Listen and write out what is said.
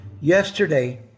Yesterday